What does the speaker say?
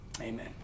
Amen